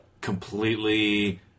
completely